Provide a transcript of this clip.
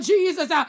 Jesus